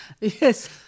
Yes